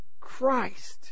Christ